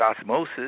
osmosis